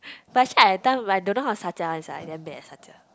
but actually at the time I don't know how to 调价 one sia I damn bad at 调价